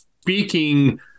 speaking